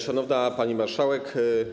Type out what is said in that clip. Szanowna Pani Marszałek!